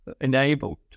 enabled